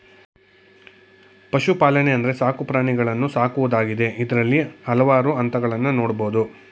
ಪಶುಪಾಲನೆ ಅಂದ್ರೆ ಸಾಕು ಪ್ರಾಣಿಗಳನ್ನು ಸಾಕುವುದಾಗಿದೆ ಇದ್ರಲ್ಲಿ ಹಲ್ವಾರು ಹಂತಗಳನ್ನ ನೋಡ್ಬೋದು